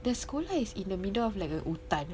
the sekolah is in the middle of like a hutan